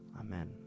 Amen